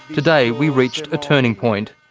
today we reached a turning point.